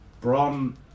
Bron